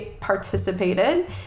participated